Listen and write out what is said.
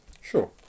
Sure